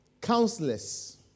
Counselors